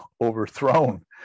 overthrown